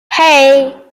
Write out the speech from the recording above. hey